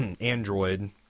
android